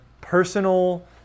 personal